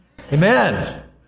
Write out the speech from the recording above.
Amen